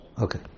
Okay